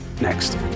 Next